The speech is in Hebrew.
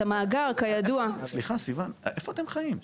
סליחה, סיון, איפה אתם חיים?